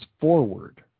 forward